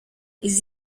ils